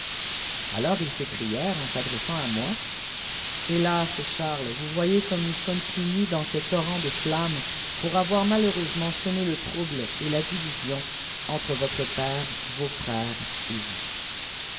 alors ils s'écrièrw en s'adressent à moi hélas charles vous voyez comme nous sommes pun is dans ct s torrents de flammes pour avoir malheureusenienf enié le trai j le et la division entre votre père vos frères et vous